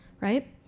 right